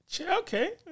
Okay